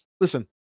listen